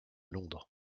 londres